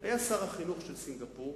היה אצלי שר החינוך של סינגפור.